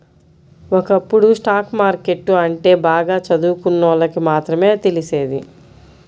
ఒకప్పుడు stock market అంటే బాగా చదువుకున్నోళ్ళకి మాత్రమే తెలిసేది